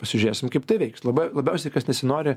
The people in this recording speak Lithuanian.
pasižiūrėsim kaip tai veiks labai labiausiai kas nesinori